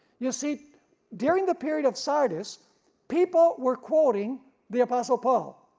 you see during the period of sardis people were quoting the apostle paul,